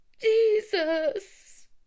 Jesus